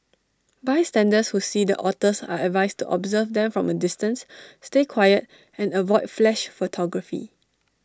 bystanders who see the otters are advised to observe them from A distance stay quiet and avoid flash photography